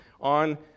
on